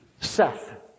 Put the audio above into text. Seth